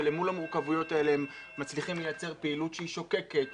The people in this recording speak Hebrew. ומול המורכבויות האלה הם מצליחים לייצר פעילות שוקקת,